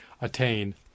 attain